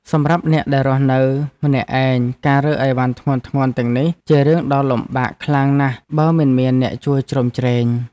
សម្រាប់អ្នកដែលរស់នៅម្នាក់ឯងការរើអីវ៉ាន់ធ្ងន់ៗទាំងនេះជារឿងដ៏លំបាកខ្លាំងណាស់បើមិនមានអ្នកជួយជ្រោមជ្រែង។